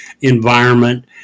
environment